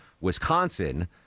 Wisconsin